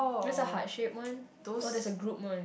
there's a heart shape one oh there's a group one